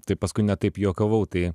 tai paskui ne taip juokavau tai